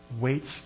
waits